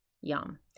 yum